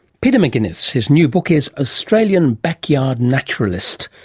peter macinnis. his new book is australian backyard naturalist.